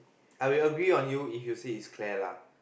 I will agree on you if you say it's Claire lah